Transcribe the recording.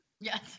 yes